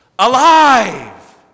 Alive